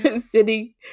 sitting